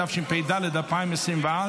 התשפ"ד 2024,